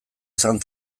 izan